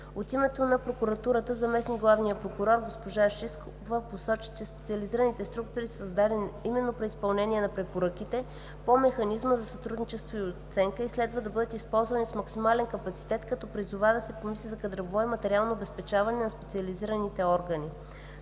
От името на прокуратурата заместник-главният прокурор госпожа Шишкова посочи, че специализираните структури са създадени именно при изпълнение на препоръките по Механизма за сътрудничество и оценка и следва да бъдат използвани с максимален капацитет, като призова да се помисли за кадрово и материално обезпечаване на специализираните органи.